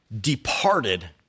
departed